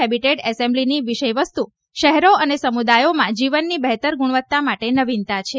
habitat એસેમ્બલીની વિષય વસ્તુ શહેરો અને સમુદાયોમાં જીવનની બહેતર ગુણવત્તા માટે નવીનતા છે